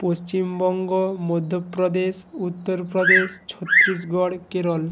Paschimbanga Madhya Pradesh Uttar Pradesh Chhattisgarh Kerala